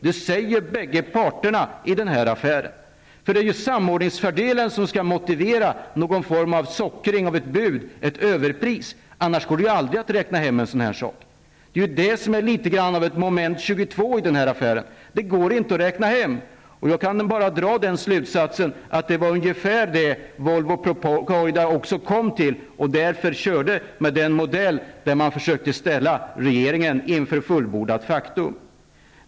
Det säger bägge parterna i den här affären. Det är samordningsfördelen som skall motivera någon form av sockring av ett bud, ett överpris. Annars går det aldrig att räkna hem en sådan här sak. Det är det som är litet av ett moment 22 i den här affären. Den går inte att räkna hem. Av detta kan man dra den slutsatsen att det var ungefär det som Volvo och Procordia kom fram till. Det var därför man körde med modellen att försöka ställa regeringen inför fullbordat faktum.